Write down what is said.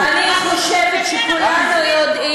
למי אנחנו צריכים לעזור?